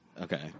Okay